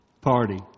party